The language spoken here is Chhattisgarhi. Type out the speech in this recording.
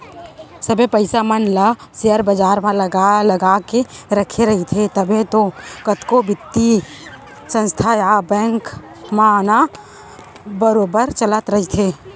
सबे पइसा मन ल सेयर बजार म लगा लगा के रखे रहिथे तभे तो कतको बित्तीय संस्था या बेंक मन ह बरोबर चलत रइथे